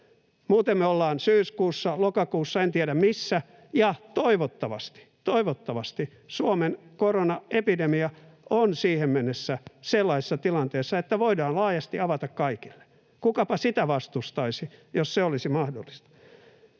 Muuten me ollaan syyskuussa, lokakuussa — en tiedä missä. Ja toivottavasti, toivottavasti Suomen koronaepidemia on siihen mennessä sellaisessa tilanteessa, että voidaan laajasti avata kaikille. Kukapa sitä vastustaisi, jos se olisi mahdollista?